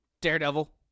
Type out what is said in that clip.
Daredevil